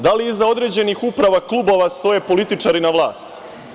Da li iza određenih uprava klubova stoje političari na vlasti?